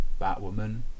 Batwoman